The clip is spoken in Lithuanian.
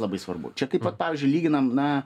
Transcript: labai svarbu čia kaip vat pavyzdžiui lyginam na